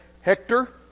Hector